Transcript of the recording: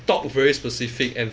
talk very specific and